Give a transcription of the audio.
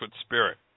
spirit